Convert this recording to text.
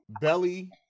Belly